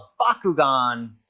bakugan